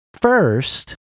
first